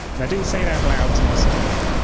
and i didn't say it out loud to myself,